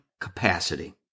capacity